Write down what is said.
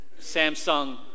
Samsung